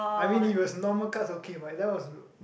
I mean it was normal card okay but that was